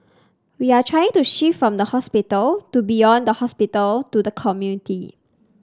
we are trying to shift from the hospital to beyond the hospital to the community